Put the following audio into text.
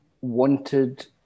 wanted